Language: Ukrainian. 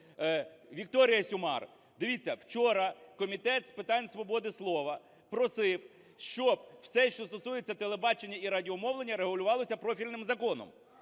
Вікторія Сюмар. Дивіться, вчора Комітет з питань свободи слова просив, щоб все, що стосується телебачення і радіомовлення, регулювалося профільним законом.